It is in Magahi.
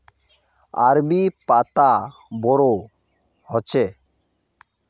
अरबी पत्ता बोडो होचे